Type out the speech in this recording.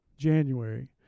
january